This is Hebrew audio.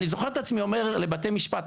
ואני זוכר את עצמי אומר לבתי משפט: